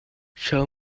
show